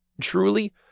truly